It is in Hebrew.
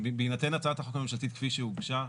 בהינתן הצעת החוק הממשלתית כפי שהוגשה,